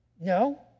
no